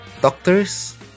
Doctors